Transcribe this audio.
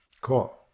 Cool